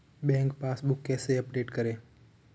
Bank passbook कैसे update करें?